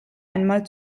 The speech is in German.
einmal